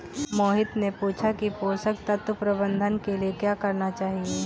मोहित ने पूछा कि पोषण तत्व प्रबंधन के लिए क्या करना चाहिए?